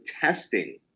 testing